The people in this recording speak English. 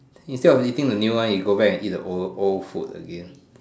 instead of eating the new one it go back and eat the old food again